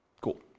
Cool